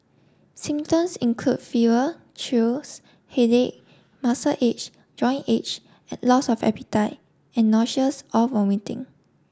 symptoms include fever chills headache muscle aches joint aches loss of appetite and nausea's or vomiting